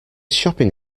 shopping